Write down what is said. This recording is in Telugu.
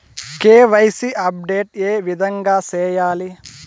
కె.వై.సి అప్డేట్ ఏ విధంగా సేయాలి?